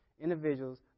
individuals